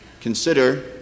consider